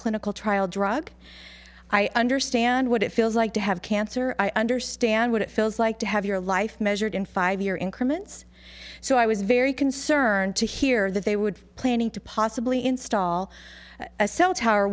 clinical trial drug i understand what it feels like to have cancer i understand what it feels like to have your life measured in five year incriminates so i was very concerned to hear that they would planning to possibly install a cell tower